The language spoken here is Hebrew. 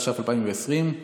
התש"ף 2020,